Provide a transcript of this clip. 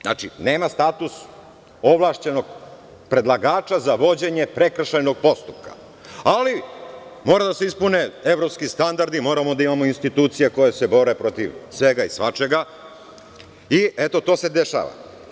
Znači, nema status ovlašćenog predlagača za vođenje prekršajnog postupka, ali mora da se ispune evropski standardi, moramo da imamo institucije koje se bore protiv svega i svačega i eto to se dešava.